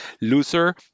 Loser